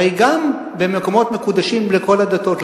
הרי גם מקומות מקודשים לכל הדתות,